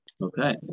Okay